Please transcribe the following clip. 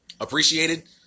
appreciated